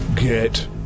Get